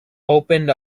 opened